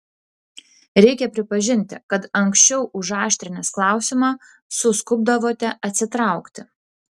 reikia pripažinti kad anksčiau užaštrinęs klausimą suskubdavote atsitraukti